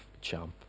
Champ